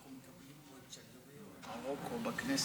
אנחנו מקבלים את שגריר מרוקו בכנסת.